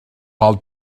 pel